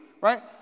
right